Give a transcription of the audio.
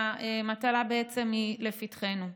והמטלה היא לפתחנו.